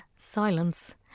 silence